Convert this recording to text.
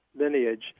lineage